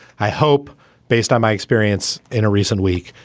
i hope based on my experience in a recent week,